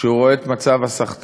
כשהוא רואה את מצב הסחטנות